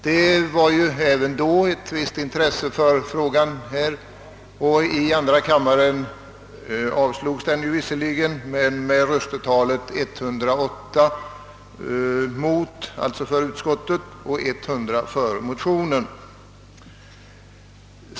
Också då fanns ett visst intresse för frågan, även om motionen avslogs i andra kammaren med röstetalet 108—100.